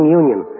union